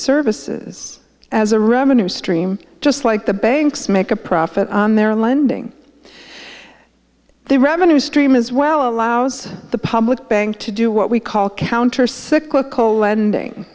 services as a revenue stream just like the banks make a profit on their lending their revenue stream as well allows the public bank to do what we call counter cyclical lending